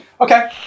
Okay